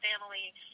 family